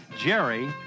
Jerry